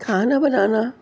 کھانا بنانا